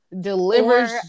Delivers